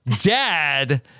dad